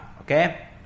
okay